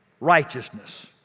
righteousness